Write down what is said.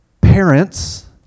parents